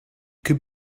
could